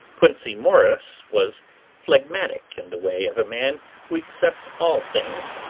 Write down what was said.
quincey morris was phlegmatic in the way of a man who accepts all things,